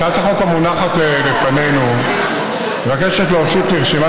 הצעת החוק המונחת לפנינו מבקשת להוסיף לרשימת